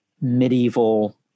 medieval